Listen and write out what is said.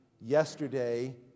yesterday